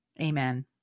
Amen